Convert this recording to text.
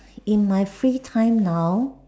in my free time now